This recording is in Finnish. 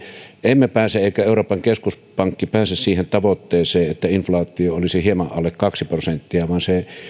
emme pääse eikä euroopan keskuspankki pääse siihen tavoitteeseen että inflaatio olisi hieman alle kaksi prosenttia vaan sen paineen